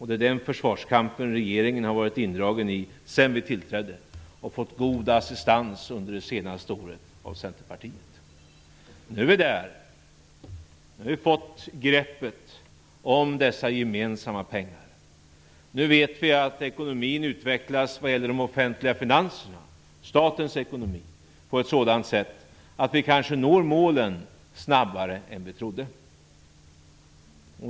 Det är den försvarskampen regeringen har varit indragen i sedan vi tillträdde och fått god assistans under det senaste året av Centerpartiet. Nu är vi där. Nu har vi fått greppet om dessa gemensamma pengar. Nu vet vi att ekonomin utvecklas vad gäller de offentliga finanserna, statens ekonomi, på ett sådant sätt att vi kanske når målen snabbare än vi trodde.